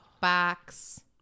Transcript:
box